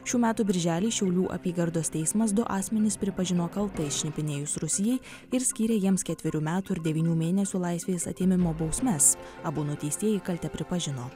šių metų birželį šiaulių apygardos teismas du asmenis pripažino kaltais šnipinėjus rusijai ir skyrė jiems ketverių metų ir devynių mėnesių laisvės atėmimo bausmes abu nuteistieji kaltę pripažino